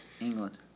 England